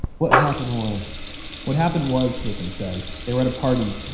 what happened was what happened was, kabrahm says, they were at a party,